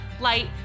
light